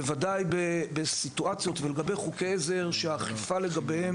בוודאי לגבי חוקי עזר שהאכיפה לגביהם